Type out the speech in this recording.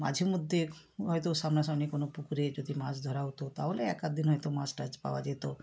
মাঝে মদ্যে হয়তো সামনাসামনি কোনো পুকুরে যদি মাছ ধরা হতো তাহলে এক আধ দিন হয়তো মাছ টাছ পাওয়া যেতো